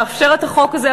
לאפשר את החוק הזה,